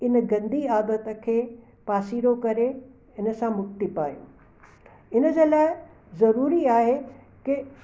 इन गंदी आदत खे पासीरो करे हिन सां मुक्ती पायूं हिन जे लाइ ज़रूरी आहे की